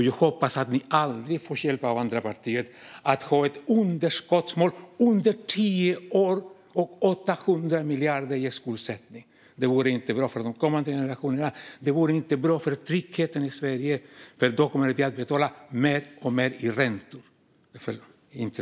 Jag hoppas att ni aldrig får hjälp av andra partier att ha ett underskottsmål under tio år och 800 miljarder i skuldsättning, Ida Gabrielsson. Det vore inte bra för de kommande generationerna, och det vore inte bra för tryggheten i Sverige. Då kommer vi nämligen att betala mer och mer i räntor.